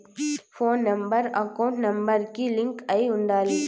పోను number account number కి link అయ్యి ఉండాలి